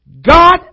God